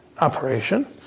operation